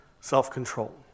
self-control